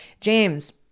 James